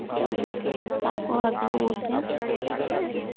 ᱛᱟᱨᱯᱚᱨᱮ ᱟᱹᱠᱤᱱᱟᱜ ᱢᱩᱫᱽ ᱨᱮ